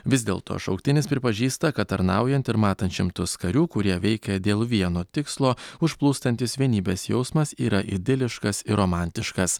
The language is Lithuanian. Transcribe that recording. vis dėlto šauktinis pripažįsta kad tarnaujant ir matant šimtus karių kurie veikia dėl vieno tikslo užplūstantis vienybės jausmas yra idiliškas ir romantiškas